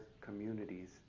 communities